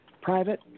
private